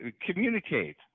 communicate